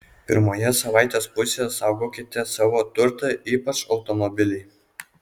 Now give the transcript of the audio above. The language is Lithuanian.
pirmoje savaitės pusėje saugokite savo turtą ypač automobilį